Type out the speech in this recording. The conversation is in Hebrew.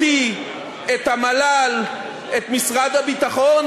אותי, את המל"ל, את משרד הביטחון,